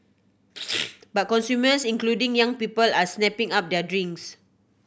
but consumers including young people are snapping up their drinks